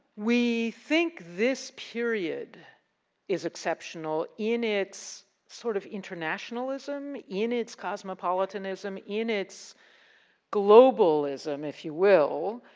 we think this period is exceptional in it's sort of internationalism, in it's cosmopolitanism, in it's globalism if you will.